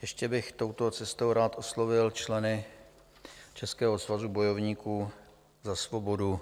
Ještě bych touto cestou rád oslovil členy Českého svazu bojovníků za svobodu.